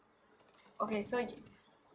okay so